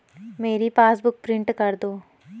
मेरी passbook print कर दो